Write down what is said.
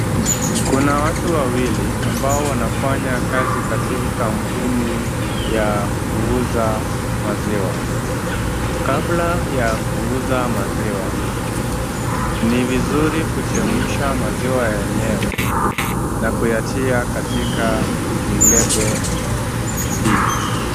Kuna watu wawili ambao wanafanya kazi katika kampuni ya kuuza maziwa. Kabla ya kuuza maziwa, ni vizuri kuchemsha maziwa yenyewe na kuyatia katika mikebe hii.